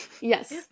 Yes